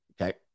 Okay